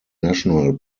national